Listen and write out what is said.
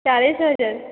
ଚାଳିଶ ହଜାର